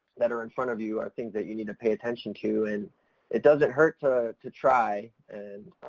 that are in front of you are things that you need to pay attention to and it doesn't hurt to, to try and,